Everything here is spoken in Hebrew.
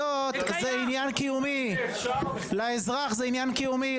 הפרטיות זה עניין קיומי, לאזרח זה עניין קיומי.